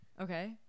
Okay